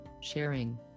sharing